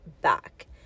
back